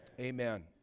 Amen